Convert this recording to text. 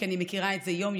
כי אני מכירה את זה יום-יום,